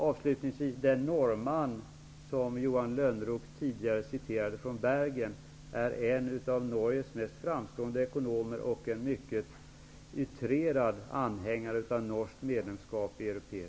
Avslutningsvis vill jag säga att den norrman från Bergen som Johan Lönnroth tidigare citerade är en av Norges mest framstående ekonomer och en mycket utrerad anhängare av norskt medlemskap i